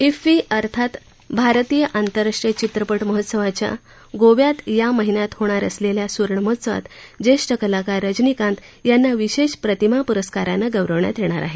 IFFI अर्थात भारतीय आंतरराष्ट्रीय चित्रपट महोत्सवाच्या गोव्यात या महिन्यात होणार असलेल्या सुवर्णमहोत्सवात ज्येष्ठ कलाकार रंजनीकांत यांना विशेष प्रतिमा पुरस्कारानं गौरवण्यात येणार आहे